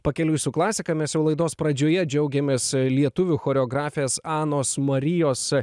pakeliui su klasika mes jau laidos pradžioje džiaugėmės lietuvių choreografės anos marijos